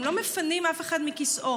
הם לא מפנים אף אחד מכיסאו,